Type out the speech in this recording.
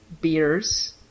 beers